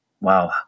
Wow